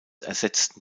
ersetzten